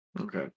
Okay